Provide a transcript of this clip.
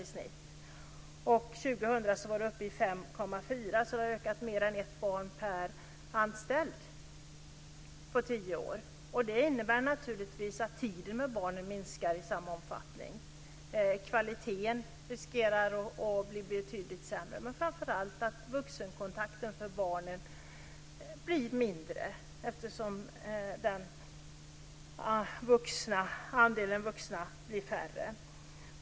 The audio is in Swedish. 2000 var det uppe i 5,4. Det har ökat med mer än ett barn per anställd på tio år. Det innebär naturligtvis att tiden med barnen minskar i samma omfattning. Kvaliteten riskerar att bli betydligt sämre, och barnen får mindre vuxenkontakt eftersom andelen vuxna blir mindre.